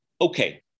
okay